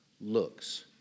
Looks